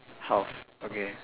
house okay